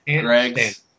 Greg's